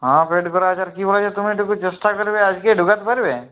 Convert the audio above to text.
হ্যাঁ পেড করা আছে আর কি বলছি তুমি চেষ্টা করবে আজকেই ঢোকাতে পারবে